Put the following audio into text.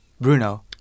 Bruno